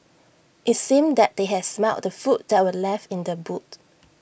IT seemed that they had smelt the food that were left in the boot